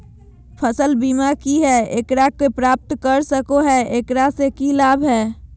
फसल बीमा की है, एकरा के प्राप्त कर सको है, एकरा से की लाभ है?